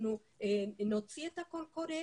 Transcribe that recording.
אנחנו נוציא את הקול קורא,